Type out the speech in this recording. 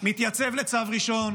כל אזרח ישראלי מתייצב לצו ראשון.